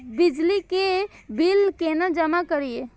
बिजली के बिल केना जमा करिए?